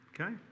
Okay